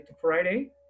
Friday